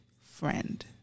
friend